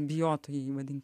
bijotų įmonėje